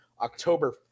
october